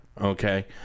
okay